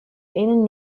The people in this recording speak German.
ihnen